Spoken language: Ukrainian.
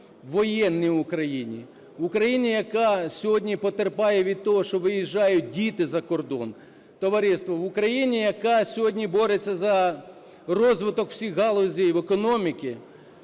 в Україні, яка сьогодні потерпає від того, що виїжджають діти за кордон, товариство, в Україні, яка сьогодні бореться за розвиток усіх галузей в економіці,